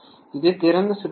இது திறந்த சுற்று நிலை